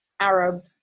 Arab